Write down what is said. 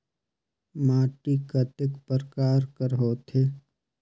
माटी कतेक परकार कर होथे?